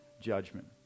judgment